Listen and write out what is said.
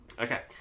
Okay